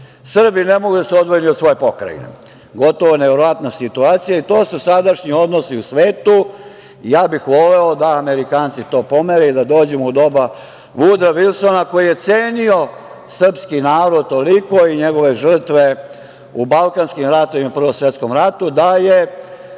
Srbi ne mogu da se odvoje ni od svoje pokrajine. Gotovo neverovatna situacija. To su sadašnji odnosi u svetu. Ja bih voleo da Amerikanci to pomere i da dođemo u doba Vudroa Vilsona koji je cenio srpski narod toliko i njegove žrtve u balkanskim ratovima i Prvom svetskom ratu, da je